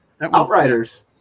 Outriders